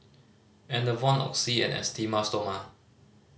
Enervon Oxy and Esteem Stoma